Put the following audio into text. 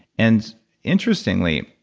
and interestingly,